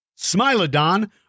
Smilodon